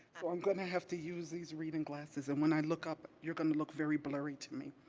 so i'm gonna have to use these reading glasses, and when i look up, you're gonna look very blurry to me.